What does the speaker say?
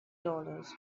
dollars